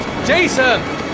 Jason